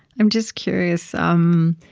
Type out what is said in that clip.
i'm just curious um